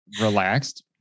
relaxed